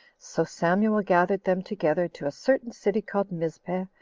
so samuel gathered them together to a certain city called mizpeh,